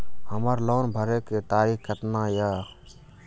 हमर लोन भरे के तारीख केतना ये?